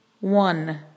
one